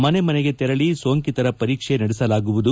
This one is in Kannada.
ಮನೆ ಮನೆಗೆ ತೆರಳಿ ಸೋಂಕಿತರ ಪರೀಕ್ಷೆ ನಡೆಸಲಾಗುವುದು